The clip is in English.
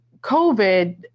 COVID